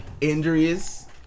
injuries